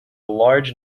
large